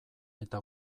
eta